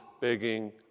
begging